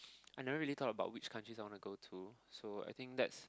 I never really thought about which countries I wanna go to so I think that's